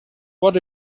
what